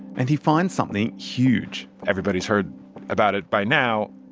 and he finds something huge. everybody's heard about it by now.